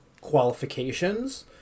qualifications